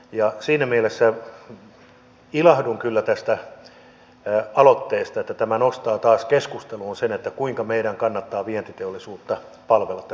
siinä mielessä ilahdun kyllä tästä aloitteesta että tämä nostaa taas keskusteluun sen kuinka meidän kannattaa vientiteollisuutta palvella tässä maassa